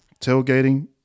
Tailgating